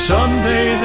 Someday